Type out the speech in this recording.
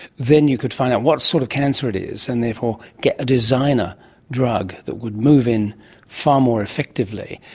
then you could find out what sort of cancer it is and therefore get a designer drug that would move in far more effectively.